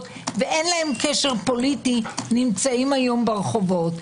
ואין להם קשר פוליטי נמצאים היום ברחובות.